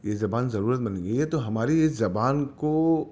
یہ زبان ضرورت بن گئی ہے تو ہماری اس زبان کو